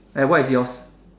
and what is yours